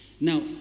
Now